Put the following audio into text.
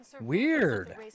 Weird